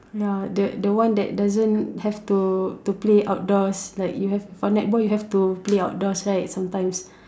ya the the one that doesn't have to to play outdoors like you have for netball you have to play outdoors right sometimes